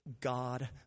God